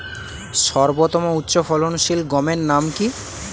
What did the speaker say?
সর্বতম উচ্চ ফলনশীল গমের নাম কি?